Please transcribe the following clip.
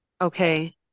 Okay